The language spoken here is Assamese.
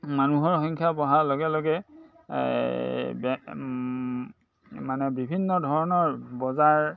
মানুহৰ সংখ্যা বঢ়াৰ লগে লগে মানে বিভিন্ন ধৰণৰ বজাৰ